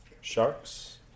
sharks